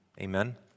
Amen